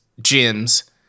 gyms